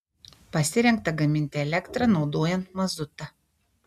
pasirengta gaminti elektrą naudojant mazutą